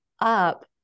up